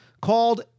called